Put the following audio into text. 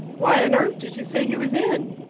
why on earth did you say he was in?